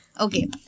Okay